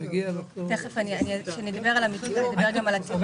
תיכף כשנדבר על המיצים נתייחס גם לתירוש.